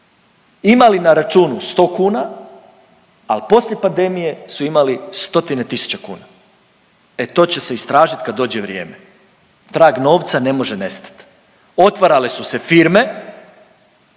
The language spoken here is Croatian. imali na računu 100 kuna, al poslije pandemije su imali stotine tisuća kuna. E to će se istražiti kad dođe vrijeme. Trag novca ne može nestati. Otvarale su se firme